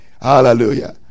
Hallelujah